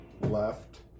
left